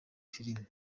filime